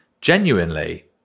genuinely